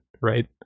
right